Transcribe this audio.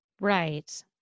Right